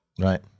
right